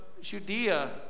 Judea